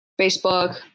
Facebook